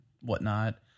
whatnot